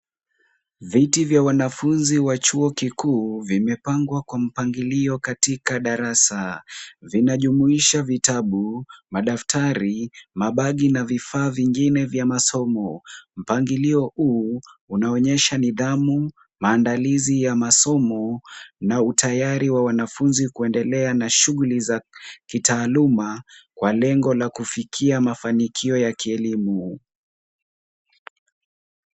Viti vya wanafunzi wa chuo kikuu vimepangwa kwa mpangilio katika darasa. Vinajumuisha vitabu, madaftari, mabagi na vifaa vingine vya masomo. Mpangilio huu unaonyesha nidhamu, maandalizi ya masomo na utayari wa wanafunzi kuendelea na shughuli za kitaaluma kwa lengo la kufikia mafanikio ya kielimu.